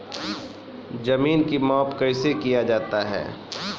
जमीन की माप कैसे किया जाता हैं?